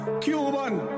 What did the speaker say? Cuban